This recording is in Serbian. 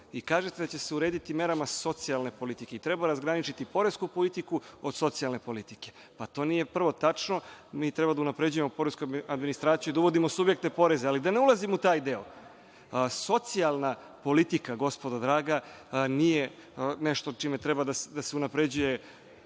i kažete da će se urediti merama socijalne politike. Treba razgraničiti poresku politiku od socijalne politike. To nije, prvo, tačno. Mi treba da unapređujemo poresku administraciju i da uvodimo subjekte poreza. Ali, da ne ulazim u taj deo. Socijalna politika, gospodo draga, nije nešto čime treba da se unapređuje